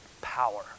power